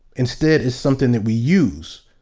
instead it's something that we use.